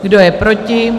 Kdo je proti?